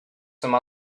some